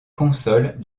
consoles